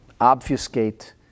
obfuscate